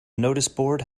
noticeboard